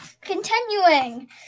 continuing